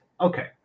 okay